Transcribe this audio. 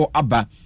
abba